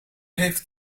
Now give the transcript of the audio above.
heeft